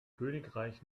königreich